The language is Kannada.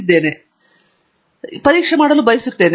ನಾನು ಪರೀಕ್ಷೆ ಬಯಸುತ್ತೇನೆ ಎಂದು ಹೇಳೋಣ